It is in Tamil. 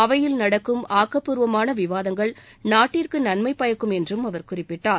அவையில் நடக்கும் ஆக்கப்பூர்வமான விவாதங்கள் நாட்டிற்கு நன்மை பயக்கும் என்றும் அவர் குறிப்பிட்டார்